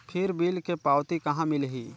फिर बिल के पावती कहा मिलही?